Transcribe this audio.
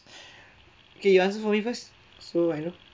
okay you answer for me first so I know